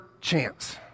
chance